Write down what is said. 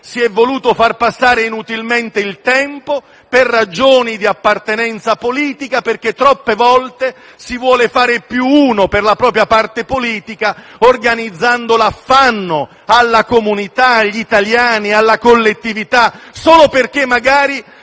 si è voluto far passare inutilmente il tempo, per ragioni di appartenenza politica, perché troppe volte si vuole fare più uno per la propria parte politica, organizzando l'affanno alla comunità, agli italiani e alla collettività, solo perché magari